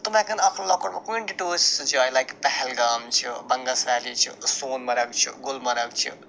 تِم ہٮ۪کن اکھ لۄکُٹ کُنہِ تہِ ٹوٗرسہٕ جایہِ لایک پہلگام چھِ بنٛگس ویلی چھِ سون مرگ چھُ گُلمرگ چھِ